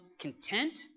content